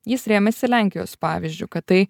jis rėmėsi lenkijos pavyzdžiu kad tai